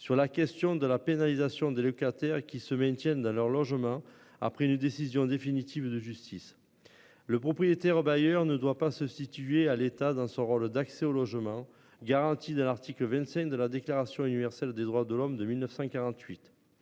sur la question de la pénalisation des locataires qui se maintiennent à leur logement a pris une décision définitive de justice. Le propriétaire bailleur ne doit pas se situer à l'état dans son rôle d'accès au logement garanti dans l'article 25 de la déclaration universelle des droits de l'homme de 1948.